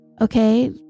Okay